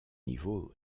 niveau